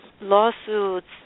lawsuits